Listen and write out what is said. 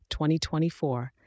2024